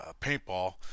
paintball